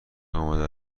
آمده